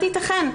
בהחלט ייתכן,